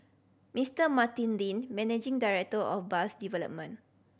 Mister Martin Dean managing director of bus development